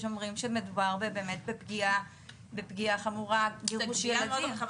שמדובר באמת בפגיעה חמורה כשמגרשים ילדים.